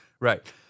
Right